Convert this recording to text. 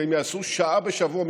והם יעשו שעה בשבוע,